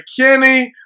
McKinney